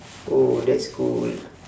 oh that's cool